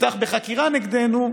יפתח בחקירה נגדנו,